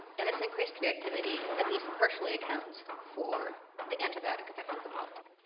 and this increased reactivity, at least partially, accounts for the antibiotic effect of the molecule.